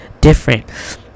different